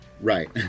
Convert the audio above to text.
Right